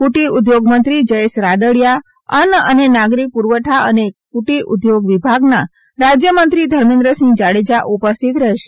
કુટિર ઉદ્યોગમંત્રી જયેશ રાદડીયા અન્ન અને નાગરિક પુરવઠા અને ક્રુટિર ઉદ્યોગ વિભાગના રાજ્યમંત્રી ધર્મેન્દ્રસિંહ જાડેજા ઉપસ્થિત રહેશે